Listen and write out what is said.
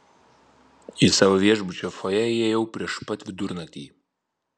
į savo viešbučio fojė įėjau prieš pat vidurnaktį